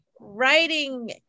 writing